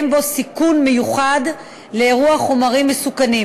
בו סיכון מיוחד לאירוע חומרים מסוכנים,